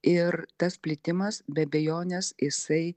ir tas plitimas be abejonės jisai